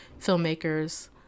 filmmakers